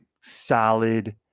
Solid